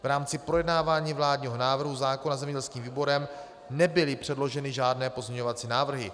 V rámci projednávání vládního návrhu zákona zemědělským výborem nebyly předloženy žádné pozměňovací návrhy.